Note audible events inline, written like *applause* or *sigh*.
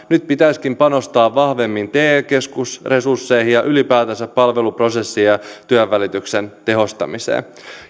*unintelligible* nyt pitäisikin panostaa vahvemmin te keskusresursseihin ja ylipäätänsä palveluprosessien ja työnvälityksen tehostamiseen